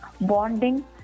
bonding